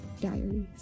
diaries